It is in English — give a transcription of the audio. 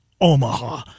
Omaha